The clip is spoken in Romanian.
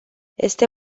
este